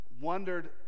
wondered